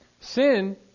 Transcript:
Sin